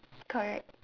correct